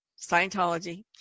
Scientology